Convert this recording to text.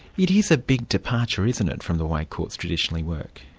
it is a big departure, isn't it, from the way courts traditionally work?